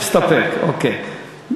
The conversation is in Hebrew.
מסתפק, אוקיי.